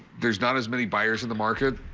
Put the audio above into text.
there's not as many buyers in the market.